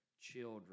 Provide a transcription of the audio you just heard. children